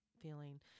feeling